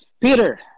Peter